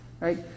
right